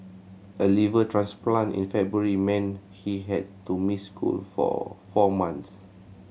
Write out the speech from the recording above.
a liver transplant in February meant he had to miss school for four months